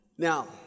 Now